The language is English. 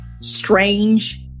strange